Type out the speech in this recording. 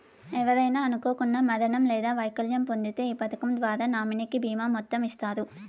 ఎవరైనా అనుకోకండా మరణం లేదా వైకల్యం పొందింతే ఈ పదకం ద్వారా నామినీకి బీమా మొత్తం ఇస్తారు